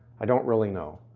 i don't really know,